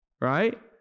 Right